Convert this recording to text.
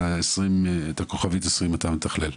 את הכוכבית 0120 אתה מתכלל.